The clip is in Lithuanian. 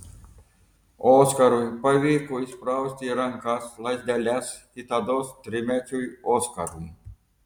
oskarui pavyko įsprausti į rankas lazdeles kitados trimečiui oskarui